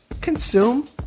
consume